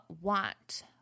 want